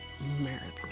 marathon